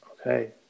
Okay